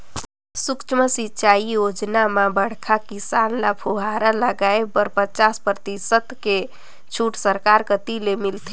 सुक्ष्म सिंचई योजना म बड़खा किसान ल फुहरा लगाए बर पचास परतिसत के छूट सरकार कति ले मिलथे